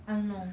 I don't know